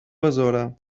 besora